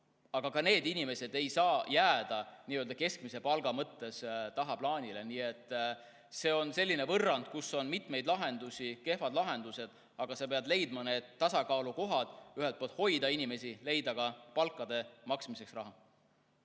aga ka need inimesed ei saa jääda nii‑öelda keskmise palga mõttes tagaplaanile. Nii et see on selline võrrand, kus on mitmeid lahendusi ja kus on kehvad lahendused. Aga sa pead leidma tasakaalukohad, et hoida inimesi ja leida ka palkade maksmiseks raha.